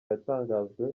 yatangajwe